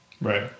Right